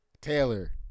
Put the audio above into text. taylor